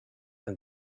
and